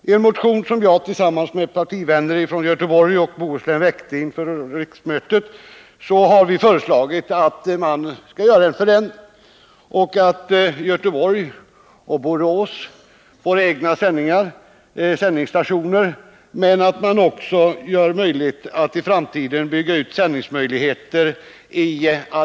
I en motion som jag tillsammans med partivänner från Göteborgs och Bohus län väckte inför detta riksmöte föreslås den förändringen att Göteborg och Borås får egna sändningsstationer samt att Alingsås och Stenungsund får framtida sändningsmöjligheter.